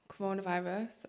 coronavirus